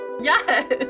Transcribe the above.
yes